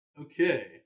Okay